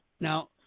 Now